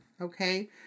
Okay